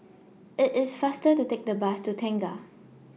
IT IS faster to Take The Bus to Tengah